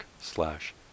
slash